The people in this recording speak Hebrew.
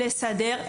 לסדר,